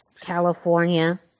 California